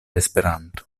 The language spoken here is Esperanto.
esperanto